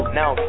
now